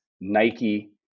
Nike